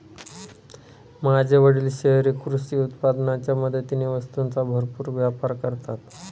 माझे वडील शहरी कृषी उत्पादनाच्या मदतीने वस्तूंचा भरपूर व्यापार करतात